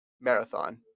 marathon